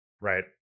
Right